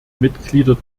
mitglieder